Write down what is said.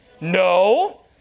No